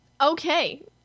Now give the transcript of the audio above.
Okay